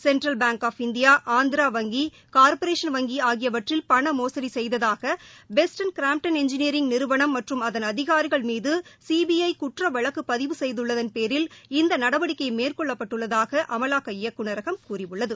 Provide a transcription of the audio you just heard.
central பாஃய் of India Andhra வங்கி corporation வங்கிஆகியவற்றில் பணமோசுடிசெய்ததாக பெஸ்ட் அன்ட் கிராம்டன் எஞ்ஜினியரிங் நிறுவனம் மற்றும் அதன் அதிகாரிகள் மீதுசிபிஐகுற்றவழக்குபதிவு செய்துள்ளதன் பேரில் இந்தநடவடிக்கைமேற்கொள்ளப்பட்டுள்ளதாகஅமலாக்க இயக்குநரகம் கூறியுள்ளது